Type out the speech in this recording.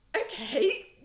Okay